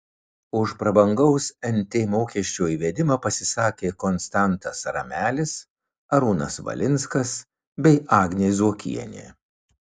už prabangaus nt mokesčio įvedimą pasisakė konstantas ramelis arūnas valinskas bei agnė zuokienė